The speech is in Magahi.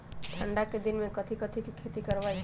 ठंडा के दिन में कथी कथी की खेती करवाई?